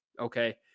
Okay